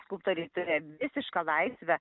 skulptoriai turi visišką laisvę